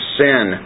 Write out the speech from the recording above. sin